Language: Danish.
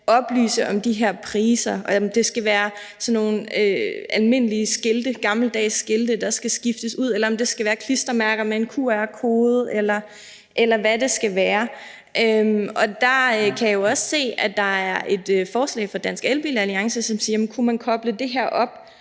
oplyse om de her priser, altså om det skal være sådan nogle almindelige gammeldags skilte, der skal skiftes ud, eller om det skal være klistermærker med en QR-kode, eller hvad det skal være. Der kan jeg jo også se, at der er et forslag fra Dansk Elbil Alliance, som spørger, om man kunne koble det her op